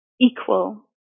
equal